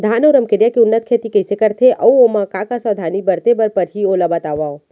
धान अऊ रमकेरिया के उन्नत खेती कइसे करथे अऊ ओमा का का सावधानी बरते बर परहि ओला बतावव?